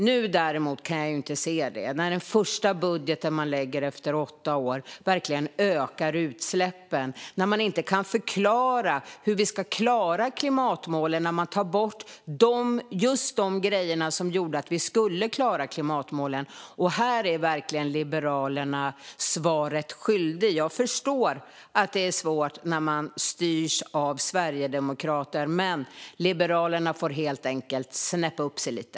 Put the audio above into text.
Nu däremot kan jag inte se det, när den första budgeten man lägger efter åtta år verkligen ökar utsläppen och man inte kan förklara hur vi ska klara klimatmålen; när man tar bort just de grejerna som gjorde att vi skulle klara klimatmålen. Här är verkligen Liberalerna svaret skyldiga. Jag förstår att det är svårt när man styrs av sverigedemokrater, men Liberalerna får helt enkelt snäppa upp sig lite!